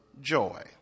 joy